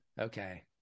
okay